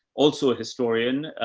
also a historian.